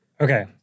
Okay